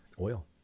oil